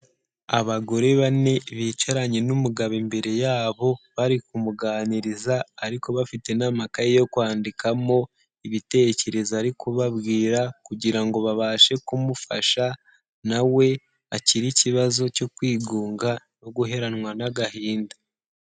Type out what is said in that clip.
Abagore bane bicaranye n'umugabo imbere yabo bari kumuganiriza, ariko bafite n'amakaye yo kwandikamo ibitekerezo ari kubabwira, kugira ngo babashe kumufasha na we akire ikibazo cyo kwigunga no guheranwa n'agahinda.